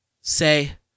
Say